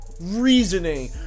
reasoning